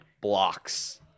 Blocks